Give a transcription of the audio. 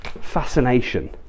fascination